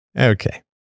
Okay